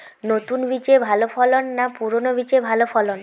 নতুন বীজে ভালো ফলন না পুরানো বীজে ভালো ফলন?